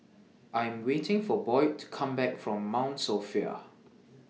I Am waiting For Boyd to Come Back from Mount Sophia